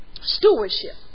stewardship